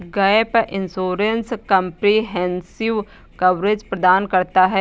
gap insurance comprehensive coverage प्रदान करता है